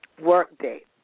workday